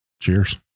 Cheers